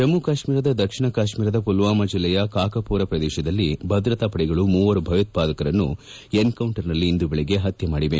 ಜಮ್ಮ ಕಾಶ್ಮೀರದ ದಕ್ಷಿಣ ಕಾಶ್ಮೀರದ ಮಲ್ವಾಮಾ ಜಿಲ್ಲೆಯ ಕಾಕಪೂರ ಪ್ರದೇಶದಲ್ಲಿ ಭದ್ರತಾ ಪಡೆಗಳು ಮೂವರು ಭಯೋತ್ಪಾದಕರನ್ನು ಎನ್ಕೌಂಟರ್ನಲ್ಲಿ ಇಂದು ಬೆಳಗ್ಗೆ ಪತ್ತೆ ಮಾಡಿದ್ದಾರೆ